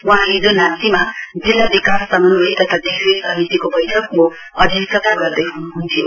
वहाँ हिजो नाम्चीमा जिल्ला विकास समन्वय तथा देखरेख समितिको वैठकको अध्यक्षता गर्दैह्नुह्न्थ्यो